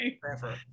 Forever